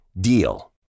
DEAL